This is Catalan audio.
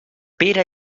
pere